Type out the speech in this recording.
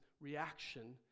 reaction